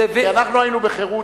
כי אנחנו היינו בחרות,